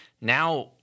now—